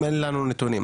אם אין לנו נתונים?